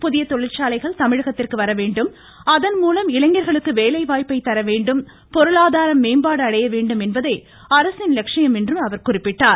புதிய தொழிற்சாலைகள் தமிழகத்திற்கு வரவேண்டும் அதன்மூலம் இளைஞர்களுக்கு வேலைவாய்ப்பை தரவேண்டும் பொருளாதாரம் மேம்பாடு அடைய வேண்டும் என்பதே அரசின் லட்சியம் என்றும் முதலமைச்சர் குறிப்பிட்டார்